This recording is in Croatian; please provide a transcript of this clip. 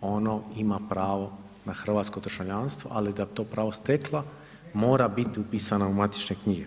ono ima pravo na hrvatsko državljanstvo, ali da bi to pravo stekla mora biti upisana u matične knjige.